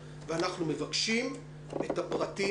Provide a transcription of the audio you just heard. פרטים